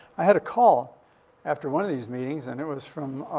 i had a call after one of these meetings. and it was from, ah,